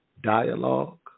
dialogue